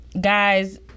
guys